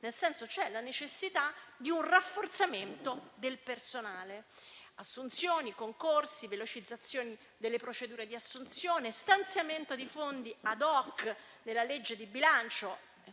C'è la necessità di un rafforzamento del personale attraverso assunzioni, concorsi, velocizzazione delle procedure di assunzione, stanziamento di fondi *ad hoc* nella legge di bilancio - questa